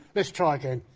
let's try again,